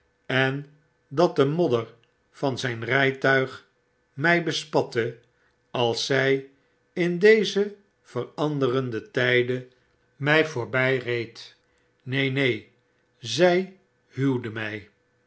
en dat de modder van zyo rytuig my bespatte als zij in deze veranderde tyden my voorbijreed neen neen zy huwde my